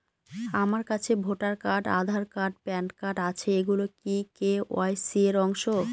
আমার কাছে voter card Aadhaar card PAN card আছে এগুলো কি কে.ওয়াই.সি র অংশ?